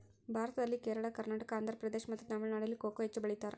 ಭಾರತದಲ್ಲಿ ಕೇರಳ, ಕರ್ನಾಟಕ, ಆಂಧ್ರಪ್ರದೇಶ್ ಮತ್ತು ತಮಿಳುನಾಡಿನಲ್ಲಿ ಕೊಕೊ ಹೆಚ್ಚು ಬೆಳಿತಾರ?